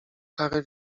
karę